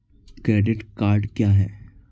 Credit card क्या है?